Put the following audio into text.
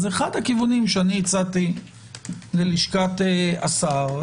אז אחד הכיוונים שאני הצעתי ללשכת השר,